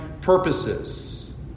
purposes